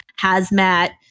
hazmat